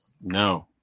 No